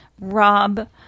rob